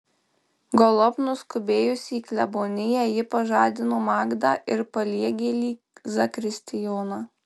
galop nuskubėjusi į kleboniją ji pažadino magdą ir paliegėlį zakristijoną